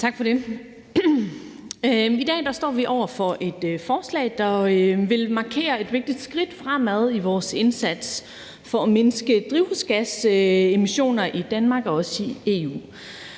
I dag står vi over for et forslag, der vil markere et vigtigt skridt fremad i vores indsats for at mindske drivhusgasemissioner i Danmark og også i EU.